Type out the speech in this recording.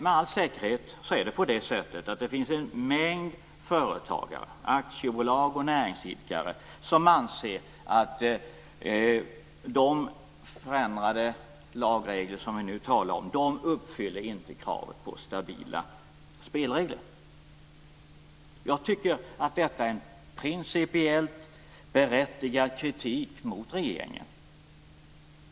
Med all säkerhet finns det en mängd företagare, aktiebolag och näringsidkare som anser att de förändrade lagregler som vi nu talar om inte uppfyller kraven på stabila spelregler. Jag tycker att detta är en principiellt berättigad kritik mot regeringen.